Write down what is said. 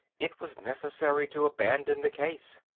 it was necessary to abandon the case.